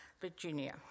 Virginia